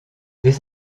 dès